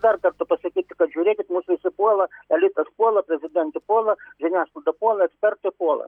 dar kartą pasakyti kad žiūrėkit mus visi puola elitas puola prezidentė puola žiniasklaida puola ekspertai puola